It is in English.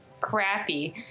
crappy